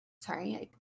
sorry